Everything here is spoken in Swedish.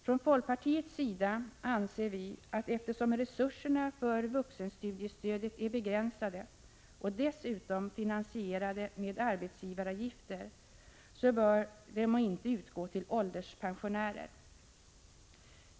Från folkpartiets sida anser vi, att eftersom resurserna för vuxenstudiestödet är begränsade och dessutom finansierade med arbetsgivaravgifter, så bör de inte utgå till ålderspensionärer.